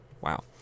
Wow